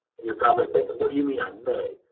and you're probably thinking what do you mean i may?